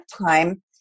time